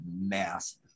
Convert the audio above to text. massive